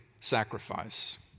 sacrifice